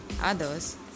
Others